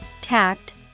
tact